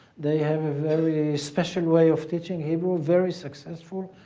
they have a very special way of teaching hebrew, very successful.